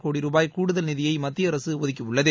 கோடி ரூபாய் கூடுதல் நிதியை மத்திய அரசு ஒதுக்கியுள்ளது